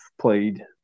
played